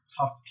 tough